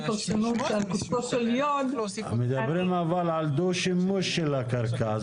פרשנות על קוצו של יוד --- מדברים על דו-שימוש של הקרקע,